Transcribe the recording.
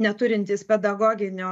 neturintys pedagoginio